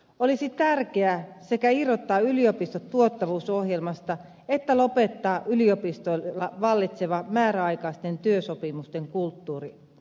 olisi tärkeää sekä irrottaa yliopistot tuottavuusohjelmasta että lopettaa yliopistoilla vallitseva määräaikaisten työsopimusten kulttuuri